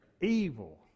evil